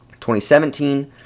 2017